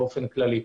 באופן כללי.